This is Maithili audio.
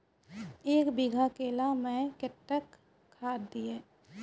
एक बीघा केला मैं कत्तेक खाद दिये?